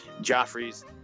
Joffrey's